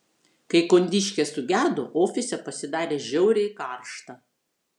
kai kondiškė sugedo ofise pasidarė žiauriai karšta